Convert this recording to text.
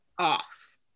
off